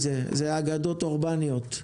אגדות אורבניות,